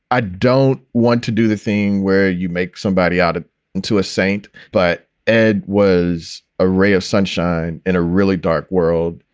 i don't want to do the thing where you make somebody out ah into a saint but ed was a ray of sunshine in a really dark world.